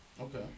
Okay